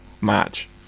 match